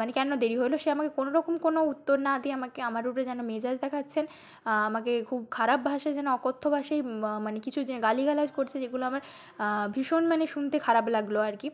মানে কেন দেরি হল সে আমাকে কোনওরকম কোনও উত্তর না দিয়ে আমাকে আমার ওপরে যেন মেজাজ দেখাচ্ছেন আমাকে খুব খারাপ ভাষায় যেন অকথ্য ভাষায় মানে কিছু যে গালিগালাজ করছে যেগুলো আমার ভীষণ মানে শুনতে খারাপ লাগলো আর কি